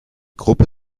gruppe